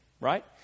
right